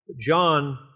John